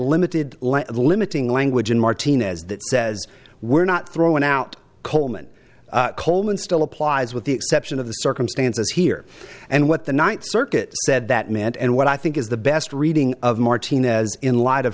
limited limiting language in martinez that says we're not thrown out coleman coleman still applies with the exception of the circumstances here and what the ninth circuit said that meant and what i think is the best reading of martinez in light of